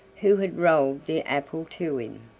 who had rolled the apple to him.